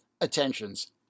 attentions